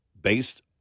based